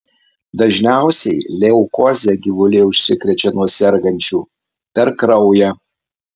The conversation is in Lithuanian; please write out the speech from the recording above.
dažniausiai leukoze gyvuliai užsikrečia nuo sergančių per kraują